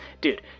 Dude